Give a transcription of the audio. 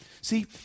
See